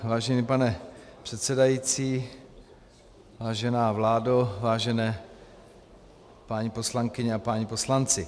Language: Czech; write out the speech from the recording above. Vážený pane předsedající, vážená vládo, vážené paní poslankyně a páni poslanci.